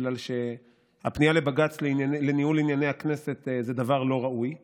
בגלל שהפנייה לבג"ץ לניהול ענייני הכנסת היא דבר לא ראוי ככלל.